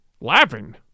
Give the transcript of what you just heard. Laughing